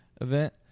event